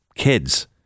kids